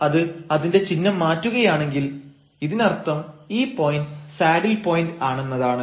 പക്ഷേ അത് അതിന്റെ ചിഹ്നം മാറ്റുകയാണെങ്കിൽ ഇതിനർത്ഥം ഈ പോയന്റ് സാഡിൽ പോയന്റ് ആണെന്നതാണ്